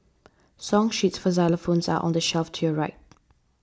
song sheets for xylophones are on the shelf to your right